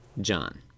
John